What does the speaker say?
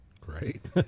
Great